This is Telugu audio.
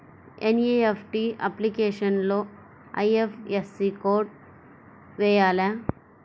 ఎన్.ఈ.ఎఫ్.టీ అప్లికేషన్లో ఐ.ఎఫ్.ఎస్.సి కోడ్ వేయాలా?